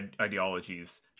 ideologies